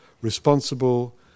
responsible